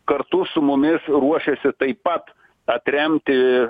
kartu su mumis ruošiasi taip pat atremti